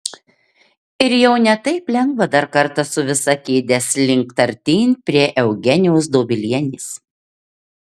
ir jau ne taip lengva dar kartą su visa kėde slinkt artyn prie eugenijos dobilienės